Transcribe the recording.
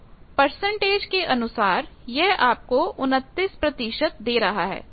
तो परसेंटेज के अनुसार यह आपको 29 दे रहा है